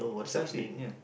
precisely ya